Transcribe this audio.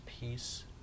peace